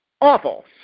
awful